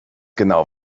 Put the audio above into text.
genau